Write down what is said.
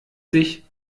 sich